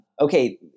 okay